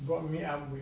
brought me up with